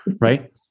right